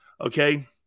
okay